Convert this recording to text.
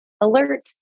alert